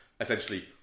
essentially